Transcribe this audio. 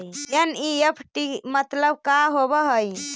NEFT मतलब का होब हई?